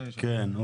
כן.